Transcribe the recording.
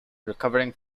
recovering